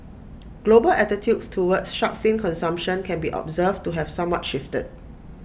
global attitudes towards shark fin consumption can be observed to have somewhat shifted